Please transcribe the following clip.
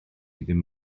ddim